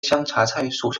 香茶菜属